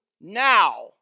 now